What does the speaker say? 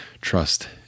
trust